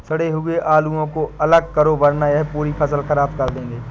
सड़े हुए आलुओं को अलग करो वरना यह पूरी फसल खराब कर देंगे